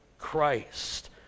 Christ